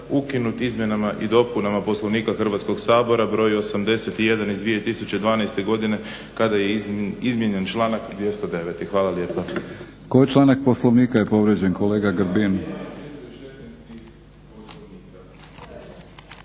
ukinut izmjenama i dopunama Poslovnika Hrvatskog sabora br. 81/2012. godine kada je izmijenjen članak 209. Hvala lijepa. **Batinić, Milorad (HNS)** Koji članak Poslovnika je povrijeđen kolega Grbin?